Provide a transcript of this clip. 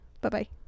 Bye-bye